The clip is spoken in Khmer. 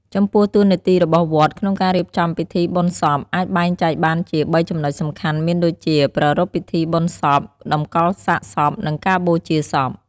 ចំពោះតួនាទីរបស់វត្តក្នុងការរៀបចំពិធីបុណ្យសពអាចបែងចែកបានជា ៣ចំណុចសំខាន់មានដូចជា ប្រារព្វពិធីបុណ្យសព កម្កលសាកសព និងការបូជាសព។